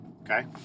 Okay